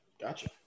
gotcha